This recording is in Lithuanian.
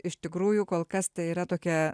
iš tikrųjų kol kas tai yra tokia